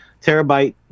terabyte